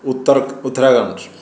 Uttarakhand